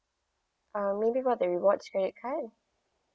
uh maybe what are the rewards credit card